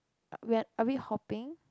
we are are we hopping